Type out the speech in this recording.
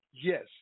Yes